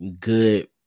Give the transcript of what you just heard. good